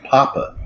Papa